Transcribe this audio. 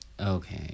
Okay